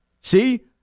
See